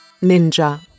Ninja